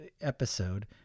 episode